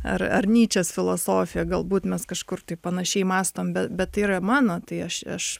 ar ar nyčės filosofija galbūt mes kažkur taip panašiai mąstom be bet tai yra mano tai aš aš